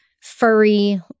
furry